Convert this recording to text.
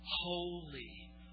holy